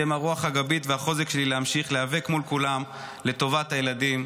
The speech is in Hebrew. אתם הרוח הגבית והחוזק שלי להמשיך להיאבק מול כולם לטובת הילדים.